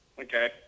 Okay